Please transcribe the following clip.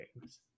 games